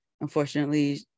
unfortunately